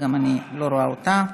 ואני לא רואה גם אותה.